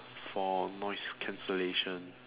for noise cancellation